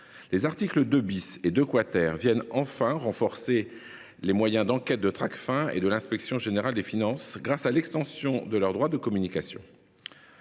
Les articles 2 et 2 visent, enfin, à renforcer les moyens d’enquête de Tracfin et de l’inspection générale des finances, grâce à l’extension de leur droit de communication.